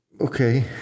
okay